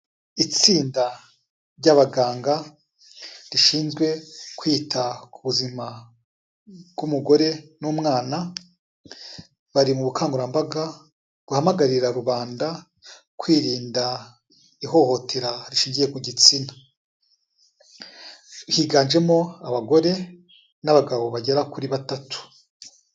Itsinda ry'abaganga rishinzwe kwita ku buzima bw'umugore n'umwana, bari mu bukangurambaga buhamagarira rubanda kwirinda ihohotera rishingiye ku gitsina. Higanjemo abagore n'abagabo bagera kuri batatu.